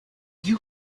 you